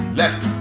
left